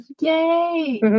Yay